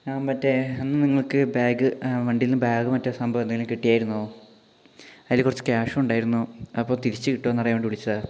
ഞാൻ മറ്റേ അന്ന് നിങ്ങൾക്ക് ബാഗ് വണ്ടിയിൽ നിന്ന് ബാഗ് മറ്റേ സംഭവം എന്തെങ്കിലും കിട്ടിയിരുന്നോ അതിൽ കുറച്ച് കേഷും ഉണ്ടാരുന്നു അപ്പോൾ തിരിച്ചു കിട്ടുമോയെന്ന് അറിയാൻ വേണ്ടി വിളിച്ചതാണ്